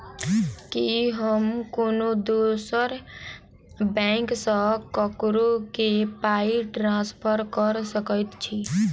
की हम कोनो दोसर बैंक सँ ककरो केँ पाई ट्रांसफर कर सकइत छि?